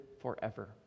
forever